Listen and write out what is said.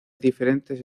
diferentes